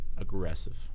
Aggressive